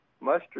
mustard